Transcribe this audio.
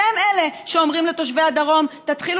אתם אלה שאומרים לתושבי הדרום: תתחילו